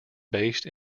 based